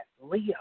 Leo